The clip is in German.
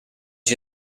ich